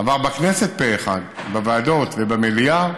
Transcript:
עבר בכנסת פה אחד, בוועדות ובמליאה.